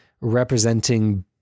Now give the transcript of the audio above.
representing